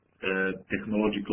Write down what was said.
Technological